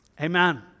Amen